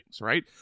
right